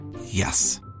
Yes